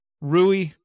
Rui